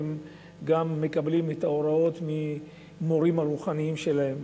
וגם מקבלים את ההוראות ממורים רוחניים שלהם.